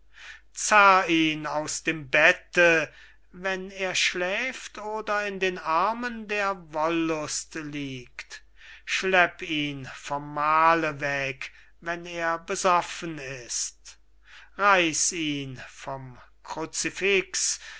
ihn aus dem bette wenn er schläft oder in den armen der wollust liegt schlepp ihn vom mahle weg wenn er besoffen ist reiß ihn vom